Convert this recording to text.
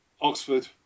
Oxford